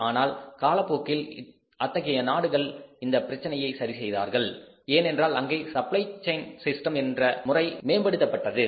ஆனால் காலப்போக்கில் அத்தகைய நாடுகள் இந்த பிரச்சனையை சரி செய்தார்கள் ஏனென்றால் அங்கு சப்ளை செயின் சிஸ்டம் என்பது மேம்படுத்தப்பட்டது